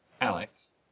alex